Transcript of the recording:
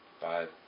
Five